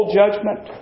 judgment